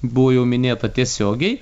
buvo jau minėta tiesiogiai